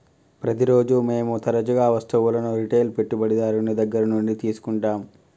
ప్రతిరోజు మేము తరచుగా వస్తువులను రిటైల్ పెట్టుబడిదారుని దగ్గర నుండి తీసుకుంటాం